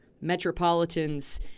Metropolitans